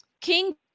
King